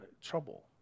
trouble